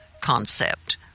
concept